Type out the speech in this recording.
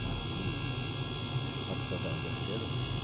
ଆର୍ ମୁଇଁ ହାଟପଦା ଦହ୍ୟାରେ ରହିସି